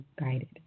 guided